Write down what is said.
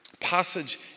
passage